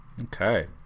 Okay